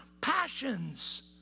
passions